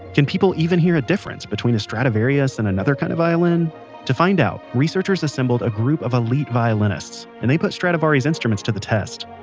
can people even hear the difference between a stradivarius and another kind of violin to find out, researchers assembled a group of elite violinists, and they put stradivari's instruments to the test.